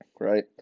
right